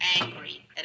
angry